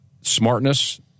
smartness